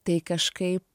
tai kažkaip